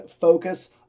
focus